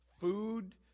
food